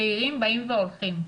צעירים באים והולכים.